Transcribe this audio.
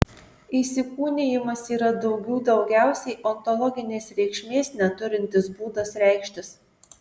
įsikūnijimas yra daugių daugiausiai ontologinės reikšmės neturintis būdas reikštis